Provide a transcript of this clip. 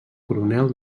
coronel